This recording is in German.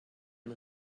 ein